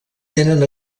tenen